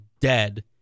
dead